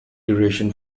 duration